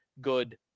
good